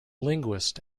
linguist